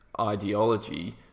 ideology